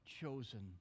chosen